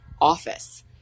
office